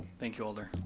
thank you alder.